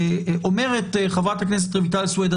אומרת חברת הכנסת רויטל סויד,